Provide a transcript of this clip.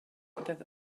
that